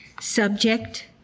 Subject